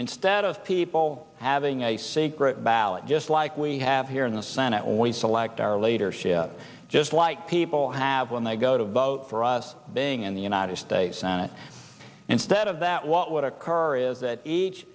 instead of people having a secret ballot just like we have here in the senate we select our leadership just like people have when they go to vote for us being in the united states senate instead of that what would occur is that each